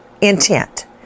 intent